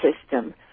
system